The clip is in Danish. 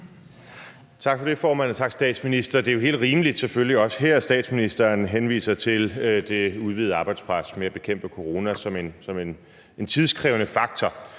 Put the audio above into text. Tak for det, formand. Og tak til statsministeren. Det er selvfølgelig også her helt rimeligt, at statsministeren henviser til det udvidede arbejdspres med at bekæmpe corona som en tidskrævende faktor.